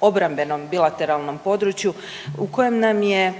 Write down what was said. obrambenom bilateralnom području, u kojem nam je